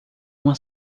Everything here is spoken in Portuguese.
uma